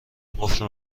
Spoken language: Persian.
قفل